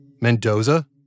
Mendoza